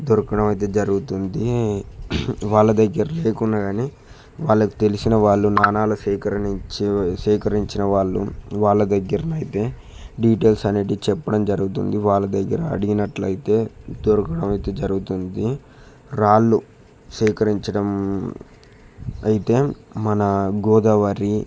దొరకడం అయితే జరుగుతుంది వాళ్ళ దగ్గర లేకున్న కానీ వాళ్ళకు తెలిసిన వాళ్ళు నాణ్యాల సేకరణ ఇచ్చేసేకరించిన వాళ్ళు వాళ్ళ దగ్గర అయితే డీటెయిల్స్ అనేది చెప్పడం జరుగుతుంది వాళ్ళ దగ్గర అడిగినట్లయితే దొరకడం జరుగుతుంది రాళ్ళు సేకరించడం అయితే మన గోదావరి